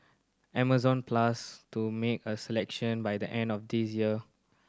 Amazon plans to make a selection by the end of this year